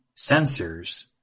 sensors